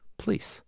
please